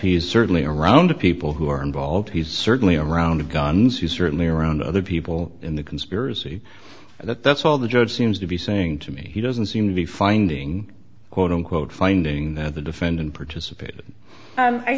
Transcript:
he's certainly around people who are involved he's certainly around guns he's certainly around other people in the conspiracy and that's all the judge seems to be saying to me he doesn't seem to be finding quote unquote finding that the defendant participa